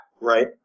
Right